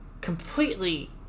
completely